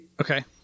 okay